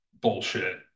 bullshit